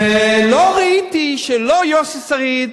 ולא ראיתי, לא יוסי שריד,